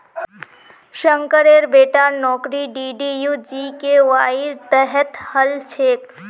शंकरेर बेटार नौकरी डीडीयू जीकेवाईर तहत हल छेक